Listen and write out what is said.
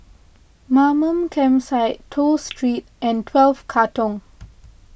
Mamam Campsite Toh Street and twelve Katong